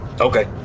okay